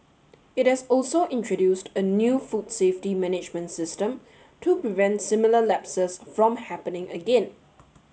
it has also introduced a new food safety management system to prevent similar lapses from happening again